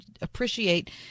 appreciate